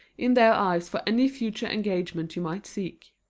in their eyes for any future engagement you might seek.